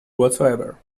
whatsoever